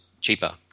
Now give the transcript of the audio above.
cheaper